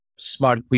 Smart